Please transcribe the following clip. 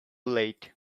late